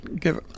give